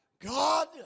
God